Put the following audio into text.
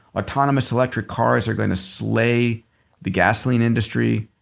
autonomous electric cars are going to slay the gasoline industry.